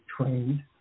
trained